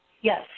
Yes